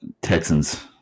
Texans